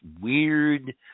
weird